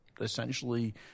essentially –